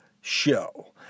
Show